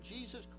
Jesus